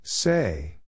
Say